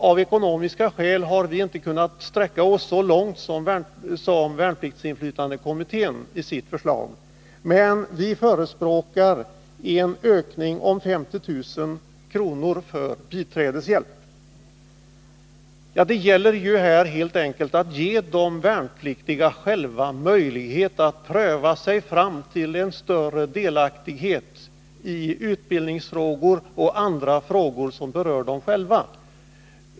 Av ekonomiska skäl har vi nu inte kunnat sträcka oss så långt som värnpliktsinflytandekommittén gjorde i sitt förslag, men vi förespråkar en ökning om 50 000 kr. för biträdeshjälp. Det gäller här helt enkelt att ge de värnpliktiga möjlighet att pröva sig fram till en större delaktighet i utbildningsfrågor och andra frågor som berör dem själva.